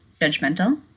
judgmental